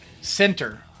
center